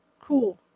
Cool